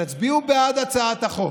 תצביעו בעד הצעת החוק.